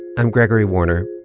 i'm gregory warner.